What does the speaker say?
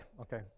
okay